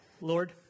Lord